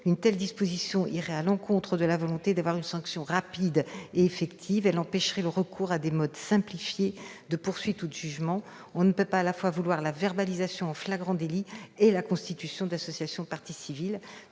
une telle disposition irait à l'encontre de la volonté d'avoir une sanction rapide et effective. Elle empêcherait le recours à des modes simplifiés de poursuite ou de jugement. On ne peut pas vouloir à la fois la verbalisation en flagrant délit et la constitution de partie civile